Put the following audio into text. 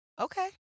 okay